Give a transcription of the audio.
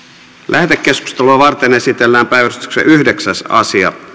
lähetekeskustelua varten esitellään päiväjärjestyksen yhdeksäs asia